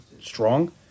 strong